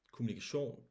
Kommunikation